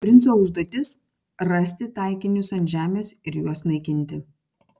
princo užduotis rasti taikinius ant žemės ir juos naikinti